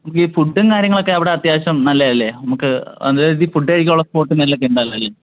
നമുക്ക് ഈ ഫുഡും കാര്യങ്ങളൊക്കെ അവിടെ അത്യാവശ്യം നല്ലതല്ലേ നമുക്ക് അതായത് ഫുഡ് കഴിക്കാനുള്ള സ്പോട്ട് കാര്യങ്ങൾ ഒക്കെ ഉണ്ടാവും അല്ലേ